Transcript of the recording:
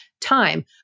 time